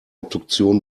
obduktion